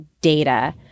data